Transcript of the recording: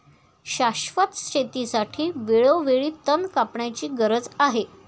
शाश्वत शेतीसाठी वेळोवेळी तण कापण्याची गरज आहे